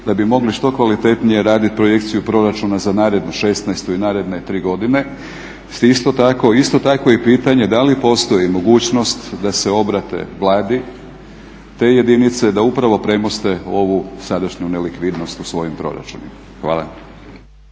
da bi mogli što kvalitetnije raditi projekciju proračuna za narednu '16.-tu i naredne 3 godine. Isto tako je i pitanje da li postoji mogućnost da se obrati Vladi te jedinice da upravo premoste ovu sadašnju nelikvidnost u svojim proračunima. Hvala.